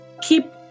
keep